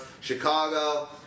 Chicago